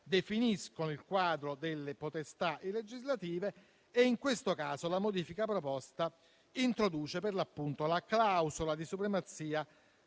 definiscono il quadro delle potestà legislative. In questo caso, la modifica proposta introduce la clausola di supremazia